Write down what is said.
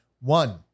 One